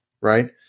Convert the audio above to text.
right